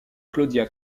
claudia